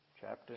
Chapter